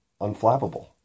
Unflappable